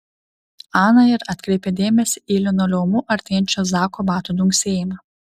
ana ir atkreipė dėmesį į linoleumu artėjančio zako batų dunksėjimą